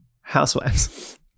housewives